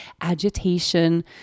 agitation